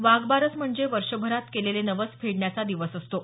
वाघबारस म्हणाजे वर्षभरात केलेले नवस फेडण्याचा दिवस असतो